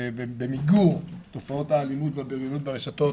במיגור תופעות האלימות והבריונות ברשתות,